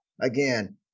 Again